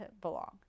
belong